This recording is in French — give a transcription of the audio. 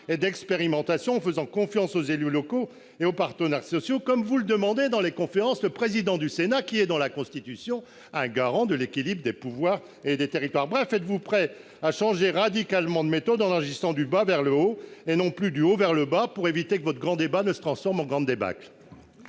et d'expérimentation en faisant confiance aux élus locaux et aux partenaires sociaux, comme vous le demande, dans les conférences, le président du Sénat, garant, aux termes de la Constitution, de l'équilibre des pouvoirs et des territoires ? Bref, êtes-vous prêt à changer radicalement de méthode en agissant du bas vers le haut et non plus du haut vers le bas, pour éviter que votre grand débat ne se transforme en grande débâcle ?